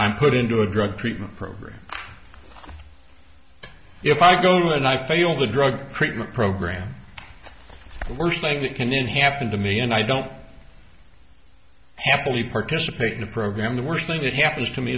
i'm put into a drug treatment program if i go and i fail the drug treatment program the worst thing that can happen to me and i don't happily participate in a program the worst thing that happens to me